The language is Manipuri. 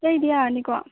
ꯑꯇꯩꯗꯤ ꯌꯥꯔꯅꯤꯀꯣ